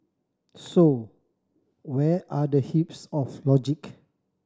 so where are the heaps of logic